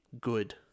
good